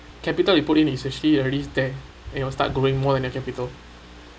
capital you put in is actually already there and you'll start going more than a capital